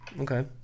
Okay